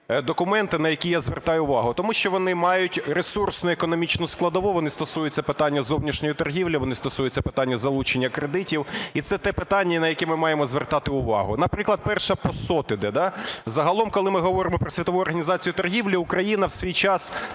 документи, на які я звертаю увагу, тому що вони мають ресурсну економічну складову, вони стосуються питання зовнішньої торгівлі, вони стосуються питання залучення кредитів, і це ті питання, на які ми маємо звертати увагу. Наприклад, перша по СОТ іде, да. Загалом, коли ми говоримо про Світову організацію торгівлі, Україна в свій час